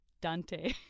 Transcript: Dante